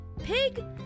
Pig